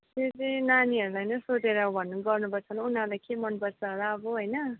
त्यो चाहिँ नानीहरूलाई नै सोधेर भन्नु गर्नुपर्छ होला हौ उनीहरूलाई के मनपर्छ होला अब होइन